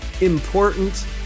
important